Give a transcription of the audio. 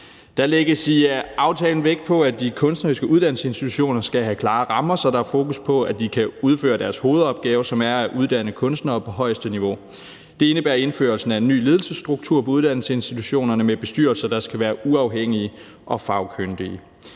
Der lægges i aftalen vægt på, at de kunstneriske uddannelsesinstitutioner skal have klare rammer, så der er fokus på, at de kan udføre deres hovedopgave, som er at uddanne kunstnere på højeste niveau. Det indebærer indførelsen af en ny ledelsesstruktur på uddannelsesinstitutionerne med bestyrelser, der skal være uafhængige og fagkyndige.